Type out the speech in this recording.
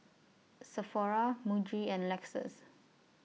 Sephora Muji and Lexus